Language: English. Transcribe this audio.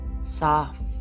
soft